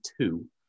two